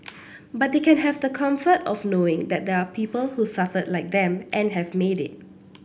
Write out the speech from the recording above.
but they can have the comfort of knowing that there are people who suffered like them and have made it